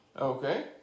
Okay